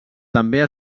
també